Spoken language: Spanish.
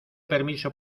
permiso